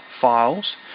files